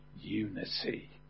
unity